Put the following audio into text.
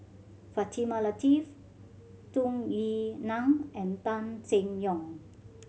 Fatimah Lateef Tung Yue Nang and Tan Seng Yong